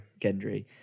Gendry